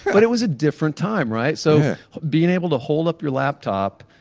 but it was a different time, right? so being able to hold up your laptop,